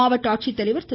மாவட்ட ஆட்சித்தலைவர் திரு